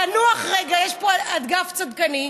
לנוח רגע, יש פה אגף צדקני,